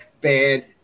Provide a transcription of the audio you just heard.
bad